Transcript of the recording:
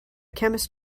chemist